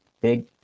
Big